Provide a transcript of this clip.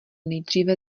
nejdříve